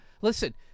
Listen